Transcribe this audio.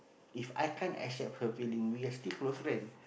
If I can't accept her feeling we are still close friend